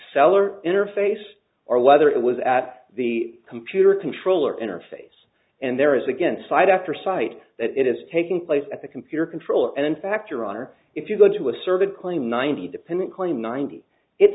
cellar interface or whether it was at the computer control or interface and there is again site after site that is taking place at the computer control and in fact your honor if you go to assert a claim ninety dependent claim ninety it